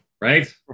right